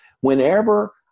whenever